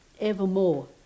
evermore